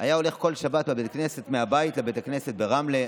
והוא היה הולך כל שבת מהבית לבית הכנסת ברמלה,